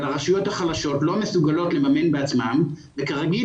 אבל הרשויות החלשות לא מסוגלות לממן בעצמן וכרגיל,